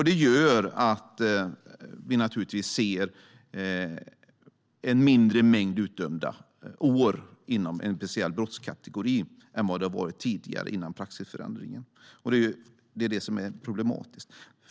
Det gör att vi nu ser en mindre mängd utdömda år inom en speciell brottskategori än före praxisförändringen. Det är problematiskt.